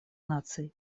наций